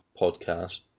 podcast